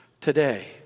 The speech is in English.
today